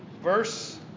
Verse